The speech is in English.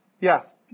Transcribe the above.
Yes